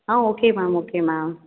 ah okay ma'am okay ma'am